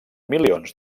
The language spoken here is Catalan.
milions